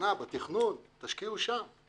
הסתמסתי עם נציג אגף התקציבים והוא מסר שהיה דין